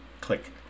Click